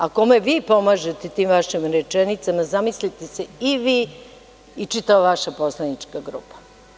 A, kome vi pomažete tim vašim rečenicama, zamislite se i vi i čitava vaša poslanička grupa.